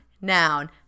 noun